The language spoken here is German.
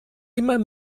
immer